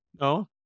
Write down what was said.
No